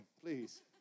Please